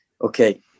okay